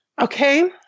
Okay